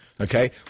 Okay